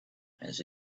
has